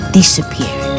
disappeared